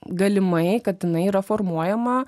galimai kad jinai yra formuojama